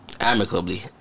Amicably